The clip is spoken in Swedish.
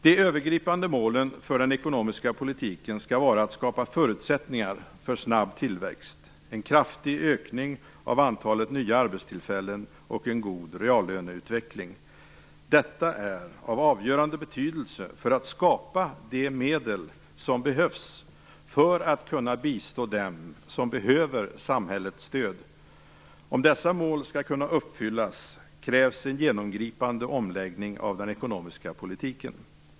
De övergripande målen för den ekonomiska politiken skall vara att skapa förutsättningar för en snabb tillväxt, en kraftig ökning av antalet nya arbetstillfällen och en god reallöneutveckling. Detta är av avgörande betydelse för att skapa de medel som behövs för att kunna bistå dem som behöver samhällets stöd. Om dessa mål skall kunna uppfyllas krävs en genomgripande omläggning av den ekonomiska politiken.